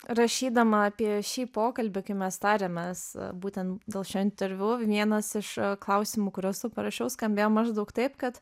rašydama apie šį pokalbį kai mes tarėmės būtent dėl šio interviu vienas iš klausimų kuriuos tau parašiau skambėjo maždaug taip kad